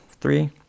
three